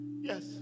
Yes